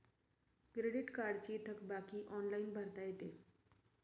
credit कार्डची थकबाकी online भरता येते